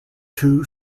two